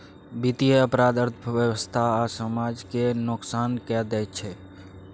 बित्तीय अपराध अर्थव्यवस्था आ समाज केँ नोकसान कए दैत छै